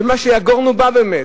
ומה שיגורנו בא באמת,